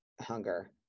hunger